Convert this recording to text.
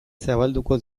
zabalduko